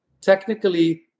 technically